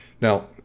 Now